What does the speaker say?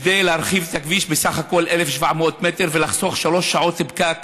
להרחיב את הכביש בסך הכול 1,700 מטר ולחסוך שלוש שעות פקק